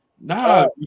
nah